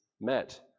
met